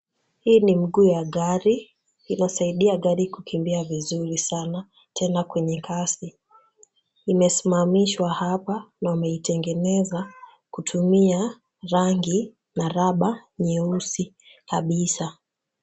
Hii ni mguu ya gari. Inasaidia gari kukimbia vizuri sana tena kwenye kasi. Imesimamishwa hapa na imetengenezwa kutumia rangi na [c]raba[c] nyeusi kabisa.